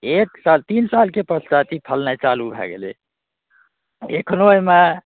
एक साल तीन सालके पश्चात ई फलनाय चालू भऽ गेलै आओर एखनहु ओहिमे